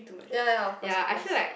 ya ya of course of course